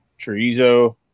chorizo